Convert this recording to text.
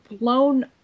blown